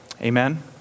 Amen